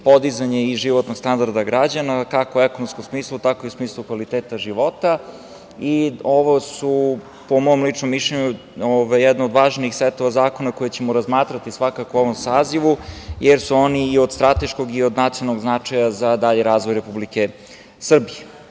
podizanje životnog standarda građana, kako u ekonomskom smislu, tako i u smislu kvaliteta života. Ovo su po mom ličnom mišljenju, jedni od važnih setova zakona koje ćemo razmatrati svakako u ovom sazivu, jer su oni i od strateškog i od nacionalnog značaja za dalji razvoj Republike Srbije. Inače,